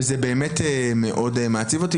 וזה באמת מאוד מעציב אותי.